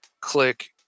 click